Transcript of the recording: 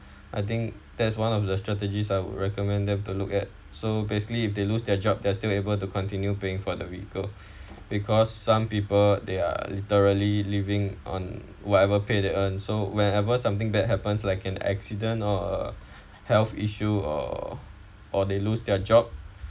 I think that's one of the strategies I'll recommend them to look at so basically if they lose their job they're still able to continue paying for the vehicle because some people they are literally living on whatever pay they earn so whenever something bad happens like an accident or health issue or or they lose their job